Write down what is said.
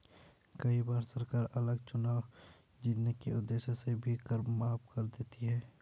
कई बार सरकार अगला चुनाव जीतने के उद्देश्य से भी कर माफ कर देती है